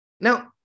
Now